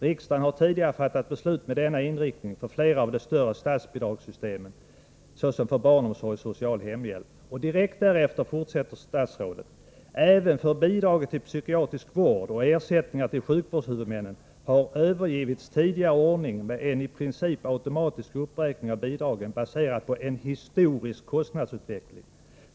Riksdagen har tidigare fattat beslut med denna inriktning för flera av de större statsbidragssystemen såsom för barnomsorg och social hemhjälp.” Direkt härefter säger statsrådet: ”Även för bidraget till psykiatrisk vård och ersättningar till sjukvårdshuvudmännen har övergivits tidigare ordning med en i princip automatisk uppräkning av bidragen baserad på en historisk kostnadsutveckling.